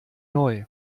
neu